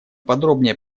подробнее